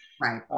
Right